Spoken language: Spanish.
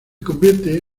convierte